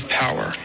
power